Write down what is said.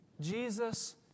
Jesus